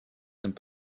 and